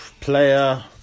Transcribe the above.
player